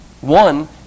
one